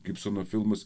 gibsono filmas